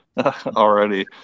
already